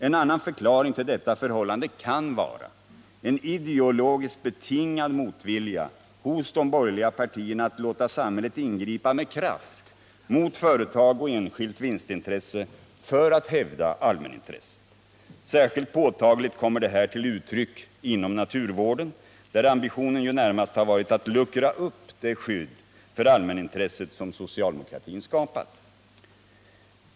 En annan förklaring till detta förhållande kan vara en ideologiskt betingad motvilja hos de borgerliga partierna att låta samhället ingripa med kraft mot företag och enskilt vinstintresse för att hävda allmänintresset. Särskilt påtagligt kommer det här till uttryck inom naturvården där ambitionen ju närmast har varit att luckra upp det skydd för allmänintresset som socialdemokratin skapat.